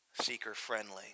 seeker-friendly